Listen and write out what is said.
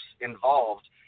involved